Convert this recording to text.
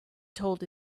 told